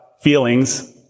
feelings